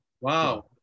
Wow